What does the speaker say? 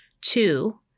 two